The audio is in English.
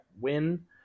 win